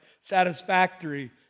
satisfactory